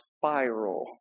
spiral